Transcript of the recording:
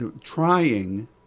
Trying